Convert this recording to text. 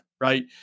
right